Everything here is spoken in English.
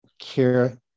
care